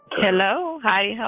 hello, hi-dee-ho!